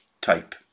type